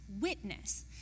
witness